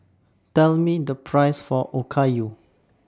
Tell Me The Price For Okayu